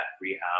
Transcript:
rehab